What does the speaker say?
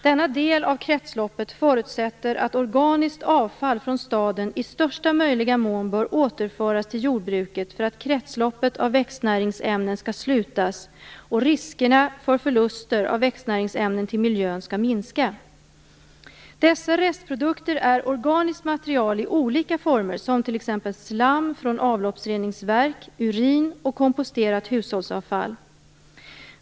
Denna del av kretsloppet förutsätter att organiskt avfall från staden i största möjliga mån bör återföras till jordbruket för att kretsloppet av växtnäringsämnen skall slutas och riskerna för förluster av växtnäringsämnen till miljön skall minska. Dessa restprodukter är organiskt material i olika former som t.ex. slam från avloppsreningsverk, urin och komposterat hushållsavfall.